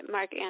Mark